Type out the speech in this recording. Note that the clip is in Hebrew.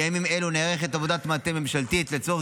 בימים אלו נערכת עבודת מטה ממשלתית לצורך